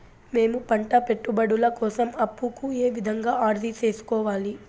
మేము పంట పెట్టుబడుల కోసం అప్పు కు ఏ విధంగా అర్జీ సేసుకోవాలి?